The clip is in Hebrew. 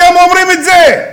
אתם אומרים את זה.